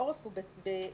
הניסוחיות,